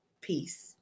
Peace